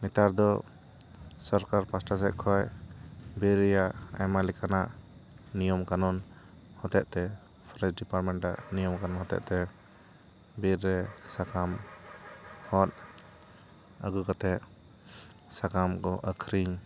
ᱱᱮᱛᱟᱨ ᱫᱚ ᱥᱚᱨᱠᱟᱨ ᱯᱟᱥᱴᱟ ᱥᱮᱡ ᱠᱷᱚᱡ ᱵᱤᱨ ᱨᱮᱭᱟᱜ ᱟᱭᱢᱟ ᱞᱮᱠᱟᱱᱟᱜ ᱱᱤᱭᱚᱢ ᱠᱟᱹᱱᱩᱱ ᱦᱚᱛᱮᱫ ᱛᱮ ᱯᱷᱚᱨᱮᱥᱴ ᱰᱤᱯᱟᱨᱢᱮᱱᱴ ᱨᱮ ᱱᱤᱭᱚᱢ ᱟᱠᱟᱱ ᱦᱚᱛᱮᱫ ᱛᱮ ᱵᱤᱨ ᱨᱮ ᱥᱟᱠᱟᱢ ᱦᱚᱫᱽ ᱟᱹᱜᱩ ᱠᱟᱛᱮ ᱥᱟᱠᱟᱢ ᱠᱚ ᱟᱠᱷᱨᱤᱧ